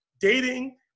dating